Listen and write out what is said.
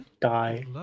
die